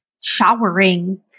showering